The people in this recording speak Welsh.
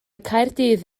caerdydd